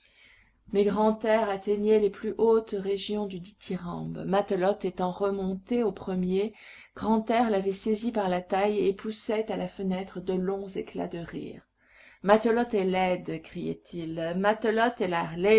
mais grantaire atteignait les plus hautes régions du dithyrambe matelote étant remontée au premier grantaire l'avait saisie par la taille et poussait à la fenêtre de longs éclats de rire matelote est laide criait-il matelote est la